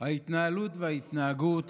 ההתנהלות וההתנהגות